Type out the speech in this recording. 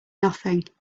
nothing